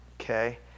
okay